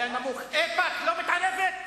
איפא"ק לא מתערבת?